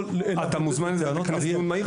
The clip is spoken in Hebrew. --- אתה מוזמן שיהיה דיון בנושא הזה,